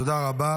תודה רבה.